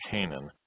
Canaan